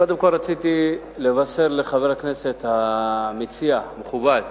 קודם כול, רציתי לבשר לחבר הכנסת המציע, המכובד,